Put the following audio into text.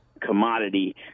commodity